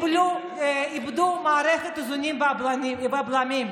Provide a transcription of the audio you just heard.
איבדו מערכת איזונים ובלמים,